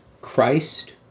Christ